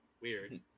Weird